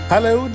Hello